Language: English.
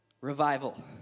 revival